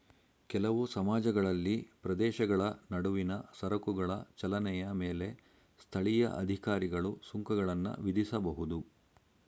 ಕೆಲವು ಸಮಾಜಗಳಲ್ಲಿ ಪ್ರದೇಶಗಳ ನಡುವಿನ ಸರಕುಗಳ ಚಲನೆಯ ಮೇಲೆ ಸ್ಥಳೀಯ ಅಧಿಕಾರಿಗಳು ಸುಂಕಗಳನ್ನ ವಿಧಿಸಬಹುದು